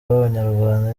b’abanyarwanda